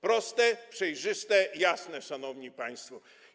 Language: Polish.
Proste, przejrzyste, jasne, szanowni państwo.